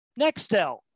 Nextel